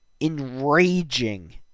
enraging